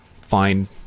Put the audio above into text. fine